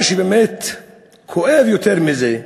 מה שבאמת כואב יותר מזה,